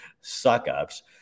suck-ups